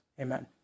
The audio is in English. Amen